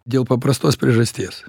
dėl paprastos priežasties